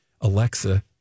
Alexa